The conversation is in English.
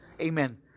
Amen